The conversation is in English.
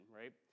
right